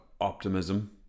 optimism